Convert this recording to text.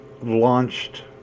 launched